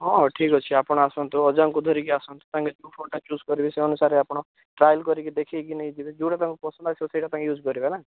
ହଁ ଠିକ୍ଅଛି ଆପଣ ଆସନ୍ତୁ ଅଜାଙ୍କୁ ଧରିକି ଆସନ୍ତୁ ତାଙ୍କେ ଯେଉଁ ଫୋନଟା ଚୂଜ୍ କରିବେ ସେହି ଅନୁସାରେ ଆପଣ ଟ୍ରାଏଲ୍ କରିକି ଦେଖିକି ନେଇଯିବେ ଯେଉଁଟା ତାଙ୍କୁ ପସନ୍ଦ ଆସିବ ସେଇଟା ତାଙ୍କେ ୟୁଜ୍ କରିବେନା